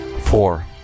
Four